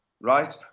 right